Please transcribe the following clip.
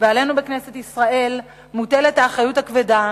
ועלינו בכנסת ישראל מוטלת האחריות הכבדה,